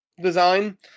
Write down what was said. design